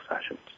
sessions